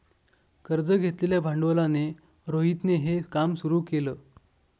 कर्ज घेतलेल्या भांडवलाने रोहितने हे काम सुरू केल